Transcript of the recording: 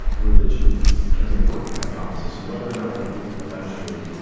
religion can be a working hypothesis. so whether or not i believe eventually,